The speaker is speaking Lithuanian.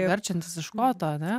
verčiantys iš koto ane